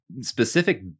specific